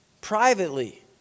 Privately